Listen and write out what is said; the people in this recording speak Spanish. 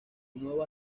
nuevo